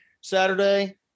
Saturday